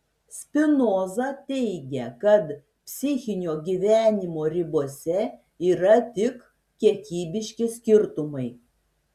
spinoza teigia kad psichinio gyvenimo ribose yra tik kiekybiški skirtumai